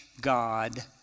God